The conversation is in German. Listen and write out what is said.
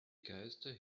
geister